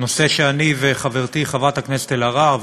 נושא שאני וחברתי חברת הכנסת אלהרר,